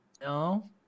No